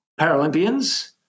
Paralympians